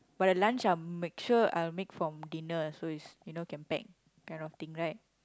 but the lunch I'll make sure I'll make from dinner so is you know can pack kind of thing right